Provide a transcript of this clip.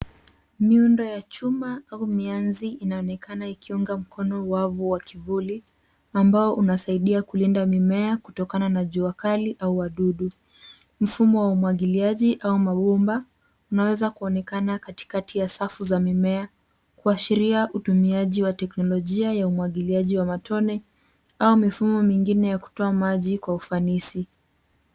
Miundo ya chuma au mianzi inaonekana ikiunga mkono wavu wa kivuli ambao unasaidia kulinda mimea kutokana na jua kali au wadudu. Mfumo wa umwagiliaji au mabomba unaweza kuonekana katikati ya safu za mimea, kuashiria utumiaji wa teknolojia ya umwagiliaji wa matone au mifumo mingine ya kutoa maji kwa ufanisi.